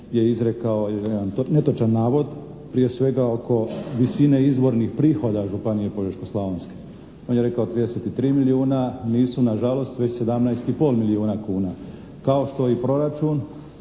je izrekao jedan netočan navod. Prije svega oko visine izvornih prihoda Županije požeško-slavonske. On je rekao 33 milijuna, nisu nažalost već 17 i pol milijuna kuna. Kao što je i proračun,